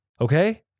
Okay